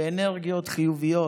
ואנרגיות חיוביות.